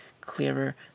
clearer